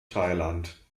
thailand